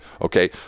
Okay